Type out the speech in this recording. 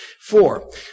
Four